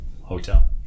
hotel